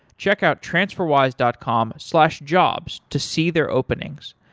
check out transferwise dot com slash jobs to see their openings.